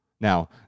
Now